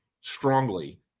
strongly